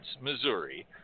Missouri